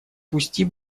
пусти